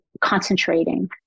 concentrating